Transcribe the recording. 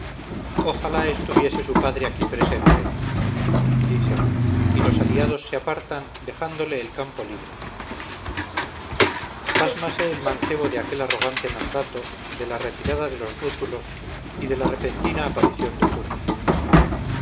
ojalá estuviese su padre aquí presente dice y los aliados se apartan dejándole el campo libre pásmase el mancebo de aquel arrogante mandato de la retirada de los rútulos y de la repentina aparición de turno